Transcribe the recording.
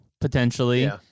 potentially